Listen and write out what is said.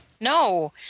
No